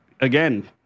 again